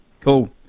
Cool